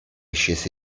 scese